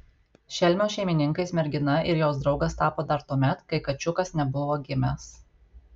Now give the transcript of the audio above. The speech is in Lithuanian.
šelmio šeimininkais mergina ir jos draugas tapo dar tuomet kai kačiukas nebuvo gimęs